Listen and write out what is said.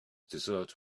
desert